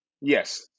Yes